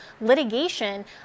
litigation